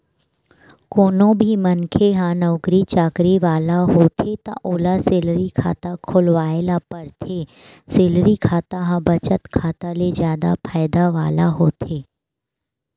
कोनो भी मनखे ह नउकरी चाकरी वाला होथे त ओला सेलरी खाता खोलवाए ल परथे, सेलरी खाता ह बचत खाता ले जादा फायदा वाला होथे